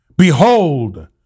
Behold